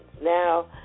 now